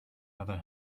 other